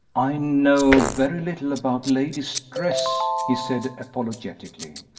i know very little about ladies' dress, he said apologetically,